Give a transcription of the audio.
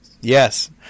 Yes